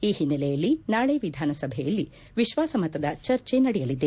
ಈ ಹಿನ್ನೆಲೆಯಲ್ಲಿ ನಾಳೆ ವಿಧಾನಸಭೆಯಲ್ಲಿ ವಿಶ್ವಾಸ ಮತದ ಚರ್ಚೆ ನಡೆಯಲಿದೆ